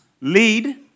lead